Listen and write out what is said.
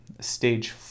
Stage